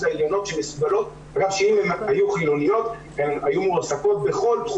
אנשים מאוד חשובים מארגונים מאוד חשובים